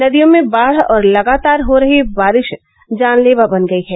नदियों में बाढ़ और लगातार हो रही बारिश जानलेवा बन गई है